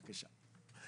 בבקשה,